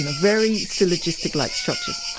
and very syllogistic-like structures.